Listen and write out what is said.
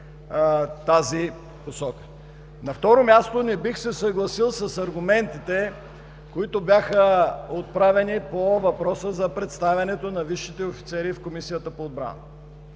На второ място, не бих се съгласил с аргументите, които бяха отправени по въпроса за представянето на висшите офицери в Комисията по отбрана.